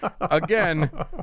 Again